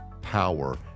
power